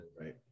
Right